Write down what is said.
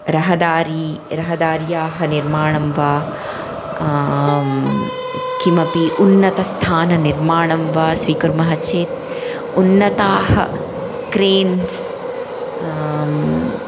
रहदारी रहदार्याः निर्माणं वा किमपि उन्नतस्थाननिर्माणं वा स्वीकुर्मः चेत् उन्नताः क्रेन्स्